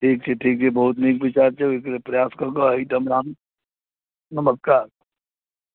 ठीक छै ठीक छै बहुत नीक विचार छै ओइके लेल प्रयास कऽ कऽ अहिठाम राम नमस्कार